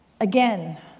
Again